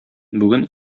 бүген